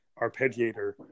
arpeggiator